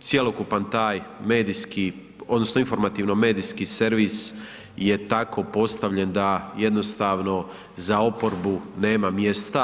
cjelokupan taj medijski odnosno informativno medijski servis je tako postavljen da jednostavno za oporbu nema mjesta.